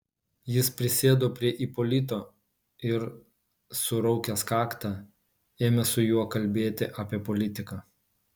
jis prisėdo prie ipolito ir suraukęs kaktą ėmė su juo kalbėti apie politiką